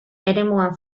eremuan